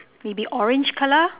maybe orange colour